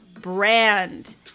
brand